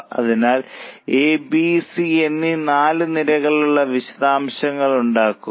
അതിനാൽ A B C A B C എന്നീ നാല് നിരകളുടെ വിശദാംശങ്ങൾ ഉണ്ടാക്കുക